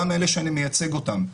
גם אלה שאני מייצג אותם.